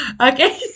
Okay